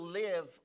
live